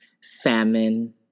salmon